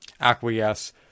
acquiesce